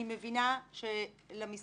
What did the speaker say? אני מבינה שלמשרד,